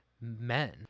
men